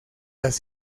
las